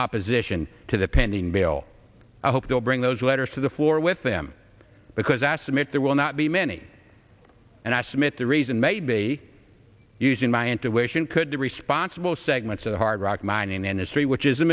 opposition to the pending bill i hope they'll bring those letters to the floor with them because i asked them if there will not be many and i submit the reason may be using my intuition could be responsible segments of the hard rock mining industry which is